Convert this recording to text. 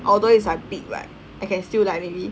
although it's like big right I can still likely